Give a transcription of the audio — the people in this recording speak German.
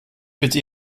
bitte